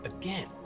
again